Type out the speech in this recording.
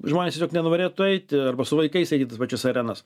žmonės tiesiog nenorėtų eiti arba su vaikais eit į tas pačias arenas